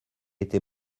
été